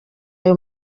aya